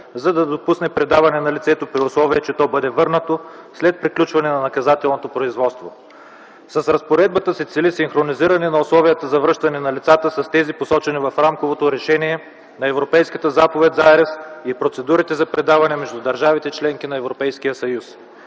за да допусне предаване на лицето, при условие, че то бъде върнато след приключване на наказателното производство. С разпоредбата се цели синхронизиране на условията за връщане на лицата с тези, посочени в Рамковото решение за Европейската заповед за арест, и процедурите за предаване между държавите – членки на Европейския съюз.